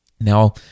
Now